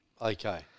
Okay